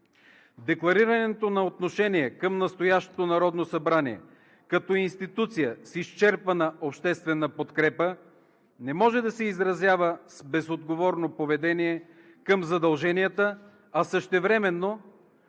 Декларирането на отношение към настоящото Народно събрание като институция с изчерпана обществена подкрепа не може да се изразява с безотговорно поведение към задълженията, а същевременно